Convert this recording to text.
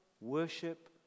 worship